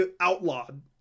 outlawed